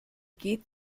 geht